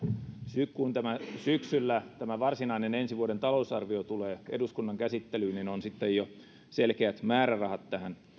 sitten kun syksyllä ensi vuoden varsinainen talousarvio tulee eduskunnan käsittelyyn on jo selkeät määrärahat tähän